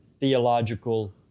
theological